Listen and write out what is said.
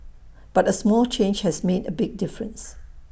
but A small change has made A big difference